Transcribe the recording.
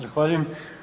Zahvaljujem.